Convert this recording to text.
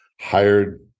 hired